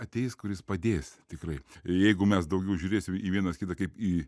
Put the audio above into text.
ateis kuris padės tikrai jeigu mes daugiau žiūrėsim į vienas kitą kaip į